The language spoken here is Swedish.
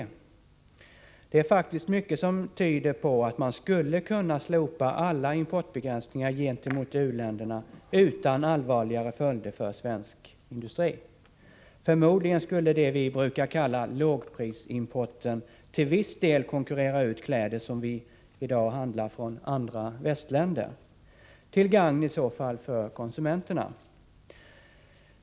Mycket tyder faktiskt på att man skulle kunna slopa alla importbegränsningar gentemot u-länderna utan allvarligare följder för svensk industri. Förmodligen skulle det vi brukar kalla lågprisimporten till viss del konkurrera ut kläder, som vi i dag handlar från andra västländer, till gagn i så fall för konsumenterna.